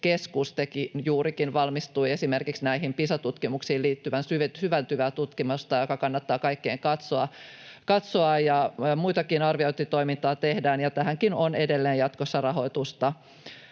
valmistui juuri esimerkiksi näihin Pisa-tutkimuksiin liittyvää syventyvää tutkimusta, joka kannattaa kaikkien katsoa. Muutakin arviointitoimintaa tehdään, ja tähänkin on edelleen jatkossa rahoitusta.